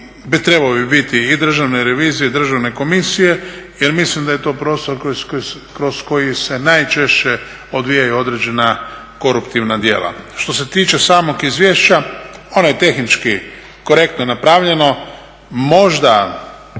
trebao bi biti i Državne revizije i Državne komisije, jer mislim da je to prostor kroz koji se najčešće odvijaju određena koruptivna djela. Što se tiče samog izvješća, ono je tehnički korektno napravljeno. Možda,